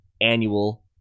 annual